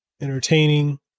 entertaining